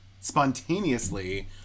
spontaneously